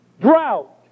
Drought